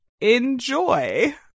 enjoy